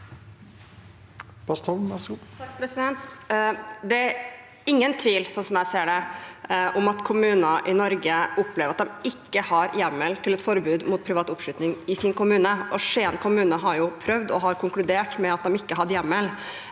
jeg ser det, om at kommuner i Norge opplever at de ikke har hjemmel til et forbud mot privat oppskyting i sin kommune. Skien kommune har prøvd og har konkludert med at de ikke har hjemmel.